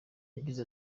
yagize